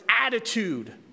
attitude